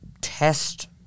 test